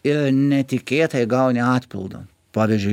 ir netikėtai gauni atpildą pavyzdžiui